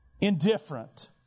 indifferent